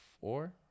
Four